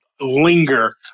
linger